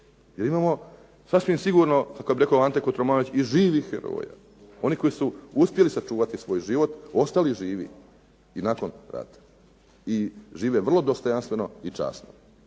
jer imamo sasvim sigurno, kako bi rekao Ante Kotromanović i živih heroja, oni koji su uspjeli sačuvati svoj život, ostali živi i nakon rata. I žive vrlo dostojanstveno i časno.